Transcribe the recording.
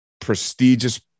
prestigious